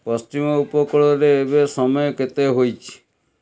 ପଶ୍ଚିମ ଉପକୂଳରେ ଏବେ ସମୟ କେତେ ହୋଇଛି